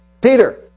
Peter